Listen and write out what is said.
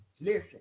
Listen